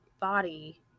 body